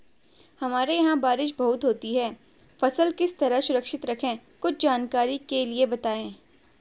हमारे यहाँ बारिश बहुत होती है फसल किस तरह सुरक्षित रहे कुछ जानकारी के लिए बताएँ?